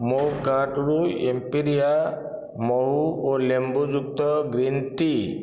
ମୋ କାର୍ଟରୁ ଏମ୍ପିରିଆ ମହୁ ଓ ଲେମ୍ବୁ ଯୁକ୍ତ ଗ୍ରୀନ୍ ଟି